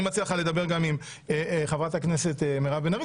אני מציע לך לדבר גם עם חברת הכנסת מירב בן ארי.